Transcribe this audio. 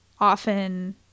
often